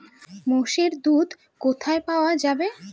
মোষের দুধ কোথায় পাওয়া যাবে?